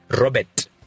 robert